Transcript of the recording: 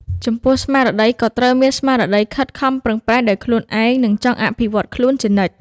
ចំពោះស្មារតីក៏ត្រូវមានស្មារតីខិតខំប្រឹងប្រែងដោយខ្លួនឯង និងចង់អភិវឌ្ឍខ្លួនជានិច្ច។